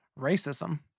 racism